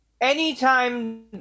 Anytime